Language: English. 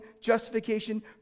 justification